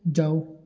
ਜਾਓ